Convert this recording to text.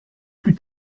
plus